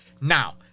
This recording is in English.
Now